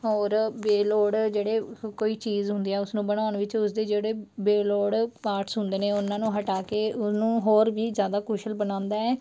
ਹੋਰ ਬੇਲੋੜ ਜਿਹੜੀ ਕੋਈ ਚੀਜ਼ ਹੁੰਦੀ ਆ ਉਸਨੂੰ ਬਣਾਉਣ ਵਿੱਚ ਉਸਦੇ ਜਿਹੜੇ ਬੇਲੋੜੇ ਪਾਰਟਸ ਹੁੰਦੇ ਨੇ ਉਹਨਾਂ ਨੂੰ ਹਟਾ ਕੇ ਉਹਨੂੰ ਹੋਰ ਵੀ ਜਿਆਦਾ ਕੁਸ਼ਲ ਬਣਾਉਂਦਾ ਹੈ